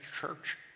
Church